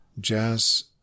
jazz